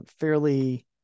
fairly